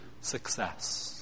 success